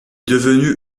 devenue